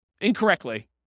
incorrectly